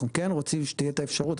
אנחנו כן רוצים שתהיה את האפשרות,